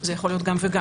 זה יכול להיות גם וגם